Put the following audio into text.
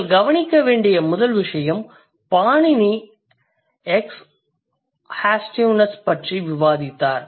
நீங்கள் கவனிக்க வேண்டிய முதல் விசயம் பாணினி எக்ஸ்ஹாஸ்டிவ்னெஸ் பற்றி விவாதித்தார்